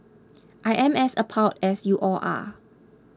I am as appalled as you all are